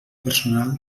personal